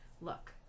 look